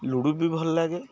ଲୁଡ଼ୁବି ଭଲ ଲାଗେ